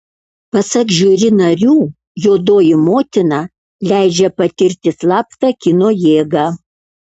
pasak žiuri narių juodoji motina leidžia patirti slaptą kino jėgą